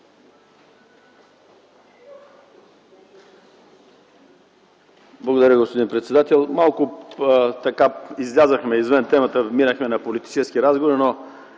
Благодаря, господин председател. Малко излязохме извън темата и минахме на политически разговор, но